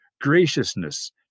graciousness